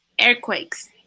earthquakes